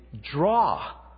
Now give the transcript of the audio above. draw